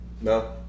No